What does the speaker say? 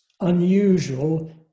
unusual